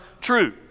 true